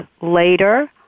later